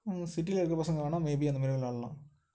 சிட்டியில் இருக்கற பசங்க வேணால் மேபி அந்தமாதிரி விளாட்லாம்